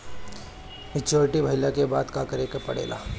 Maturity भईला के बाद का करे के पड़ेला?